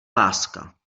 láska